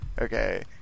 okay